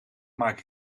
maak